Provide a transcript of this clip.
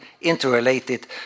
interrelated